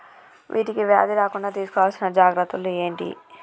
వీటికి వ్యాధి రాకుండా తీసుకోవాల్సిన జాగ్రత్తలు ఏంటియి?